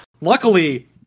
Luckily